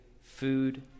food